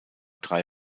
drei